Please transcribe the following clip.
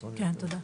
תודה.